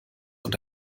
und